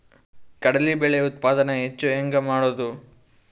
ಕಡಲಿ ಬೇಳೆ ಉತ್ಪಾದನ ಹೆಚ್ಚು ಹೆಂಗ ಮಾಡೊದು?